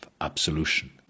absolution